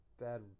bad